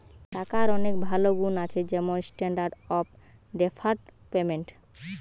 টাকার অনেক ভালো গুন্ আছে যেমন স্ট্যান্ডার্ড অফ ডেফার্ড পেমেন্ট